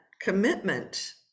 commitment